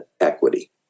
equity